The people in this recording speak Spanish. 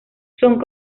son